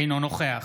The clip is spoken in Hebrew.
אינו נוכח